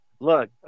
Look